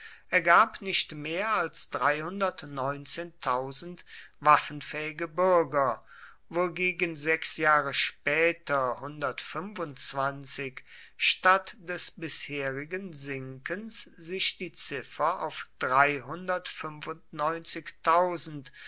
ergab nicht mehr als waffenfähige bürger wogegen sechs jahre später statt des bisherigen sinkens sich die ziffer auf